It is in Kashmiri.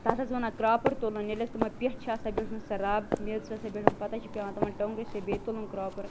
تتھ حظ وَنان کرٛاپُر تُلُن ییٚلہِ حظ تِمن پٮ۪ٹھ چھِ آسان بیٖٹھمٕژ سۄ رَب میٚژ ویٚژ آسان بیٖٹھمٕژ پتہٕ حظ چھُ پیٚوان تِمن ٹۄنٛگرِ سۭتۍ بیٚیہِ تُلُن کرٛاپُر